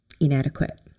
inadequate